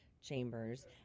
Chambers